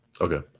Okay